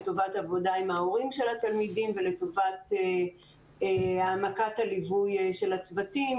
לטובת עבודה עם ההורים של התלמידים ולטובת העמקת הליווי של הצוותים.